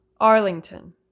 Arlington